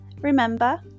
Remember